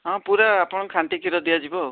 ହଁ ପୁରା ଆପଣଙ୍କୁ ଖାଣ୍ଟି କ୍ଷୀର ଦିଆଯିବ ଆଉ